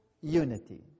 unity